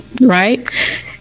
right